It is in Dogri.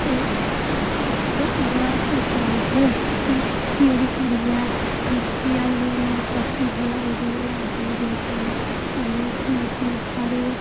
ते अस ते इयै सोचा दे हे मेरी कुड़ी ऐ निक्की आह्ली दा कॉपी खुलाई दी ऐ लाडली बेटी एह्लै मोदी हर